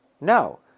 no